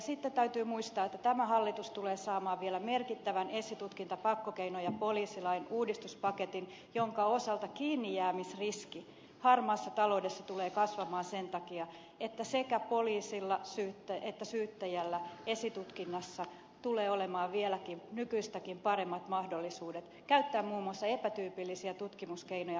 sitten täytyy muistaa että tämä hallitus tulee saamaan vielä merkittävän esitutkinta pakkokeino ja poliisilain uudistuspaketin jonka vuoksi kiinnijäämisriski harmaassa taloudessa tulee kasvamaan sen takia että sekä poliisilla että syyttäjällä esitutkinnassa tulee olemaan vielä nykyistäkin paremmat mahdollisuudet käyttää muun muassa epätyypillisiä tutkimuskeinoja harmaaseen talouteen